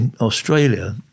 Australia